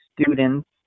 students